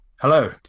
Hello